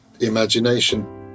imagination